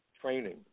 training